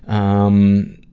um, ah,